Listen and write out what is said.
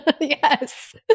Yes